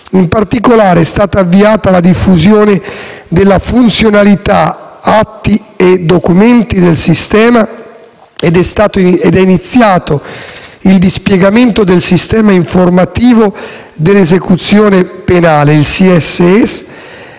In particolare, è stata avviata la diffusione della funzionalità atti e documenti (A&D) del sistema ed è iniziato il dispiegamento del sistema informativo dell'esecuzione penale (SIES),